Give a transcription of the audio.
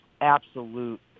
absolute